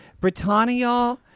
Britannia